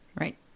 right